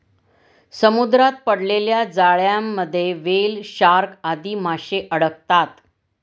समुद्रात पडलेल्या जाळ्यांमध्ये व्हेल, शार्क आदी माशे अडकतात